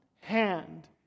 hand